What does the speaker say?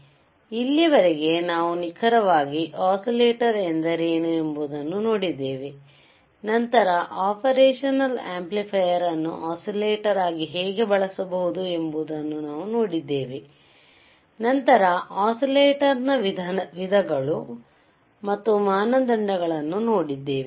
ಆದ್ದರಿಂದ ಇಲ್ಲಿಯವರೆಗೆ ನಾವು ನಿಖರವಾಗಿ ಒಸಿಲೇಟಾರ್ ಎಂದರೇನು ಎಂಬುದನ್ನು ನೋಡಿದ್ದೇವೆ ನಂತರ ಆಪರೇಷನಲ್ ಆಂಪ್ಲಿಫೈಯರ್ ಅನ್ನು ಒಸಿಲೇಟಾರ್ ಆಗಿ ಹೇಗೆ ಬಳಸಬಹುದು ಎಂಬುದನ್ನು ನಾವು ನೋಡಿದ್ದೇವೆ ನಂತರ ಒಸಿಲೇಟಾರ್ ನ ವಿಧಗಳು ಮತ್ತು ಮಾನದಂಡಗಳನ್ನು ನೋಡಿದ್ದೇವೆ